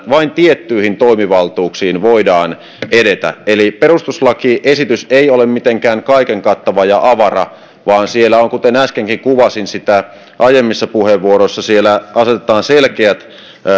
vain tiettyihin toimivaltuuksiin edetä eli perustuslakiesitys ei ole mitenkään kaikenkattava ja avara vaan kuten äskenkin kuvasin sitä aiemmissa puheenvuoroissa siellä asetetaan selkeät